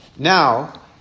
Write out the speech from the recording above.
Now